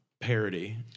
parody